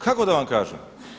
Kako da vam kažem?